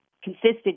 consistent